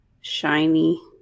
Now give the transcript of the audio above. shiny